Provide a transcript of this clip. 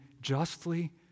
justly